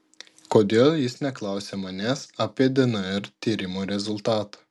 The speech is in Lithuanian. kodėl jis neklausia manęs apie dnr tyrimo rezultatą